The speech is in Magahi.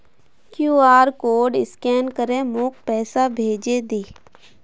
क्यूआर कोड स्कैन करे मोक पैसा भेजे दे